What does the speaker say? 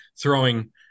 throwing